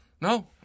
No